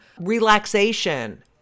relaxation